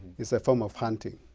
it's a form of hunting.